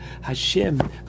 Hashem